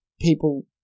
people